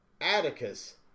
Atticus